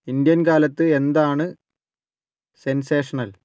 Indian കാലത്ത് എന്താണ് sensational